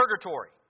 purgatory